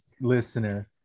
listener